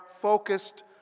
focused